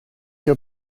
your